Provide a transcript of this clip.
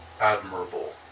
admirable